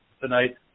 tonight